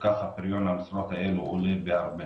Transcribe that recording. וכך הפריון מהמשרות האלה עולה בהרבה.